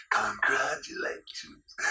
congratulations